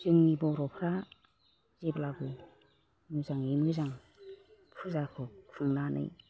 जोंनि बर'फोरा जेब्लाबो मोजांयै मोजां फुजाखौ खुंनानै